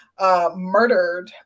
Murdered